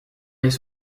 les